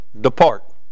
Depart